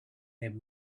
him